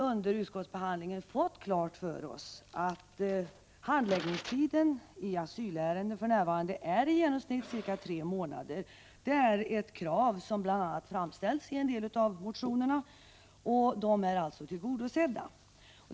Under utskottsbehandlingen har vi fått klart för oss att handläggningstiden i asylärenden för närvarande är i genomsnitt cirka tre månader. Detta är ett krav som framställs i en del av motionerna, och dessa är alltså tillgodosedda.